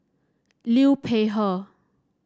Liu Peihe